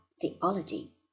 theology